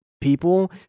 people